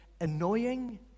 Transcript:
annoying